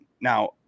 now